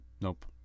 Nope